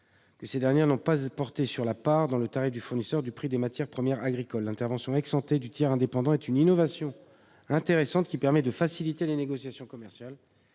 que ces dernières n'ont pas porté sur la part, dans le tarif du fournisseur, du prix des matières premières agricoles. Si l'intervention du tiers indépendant est une innovation intéressante, qui facilite les négociations commerciales,